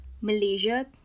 Malaysia